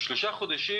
שלושה חודשים